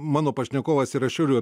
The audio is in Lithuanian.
mano pašnekovas yra šiaulių